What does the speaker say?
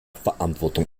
verantwortung